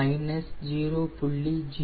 minus 0